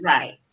Right